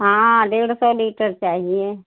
हाँ डेढ़ सौ लीटर चाहिए